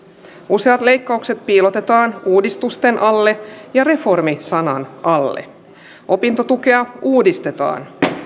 useat leikkaukset piilotetaan uudistusten alle ja reformi sanan taakse opintotukea uudistetaan